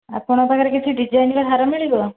ଆପଣଙ୍କ ପାଖରେ କିଛି ଡ଼ିଜାଇନ୍ର ହାର ମିଳିବ